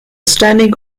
standing